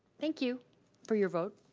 thank you for your vote.